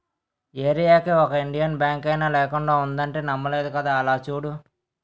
ఏరీయాకి ఒక ఇండియన్ బాంకైనా లేకుండా ఉండదంటే నమ్మలేదు కదా అలా చూడు